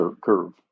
curve